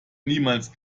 niemals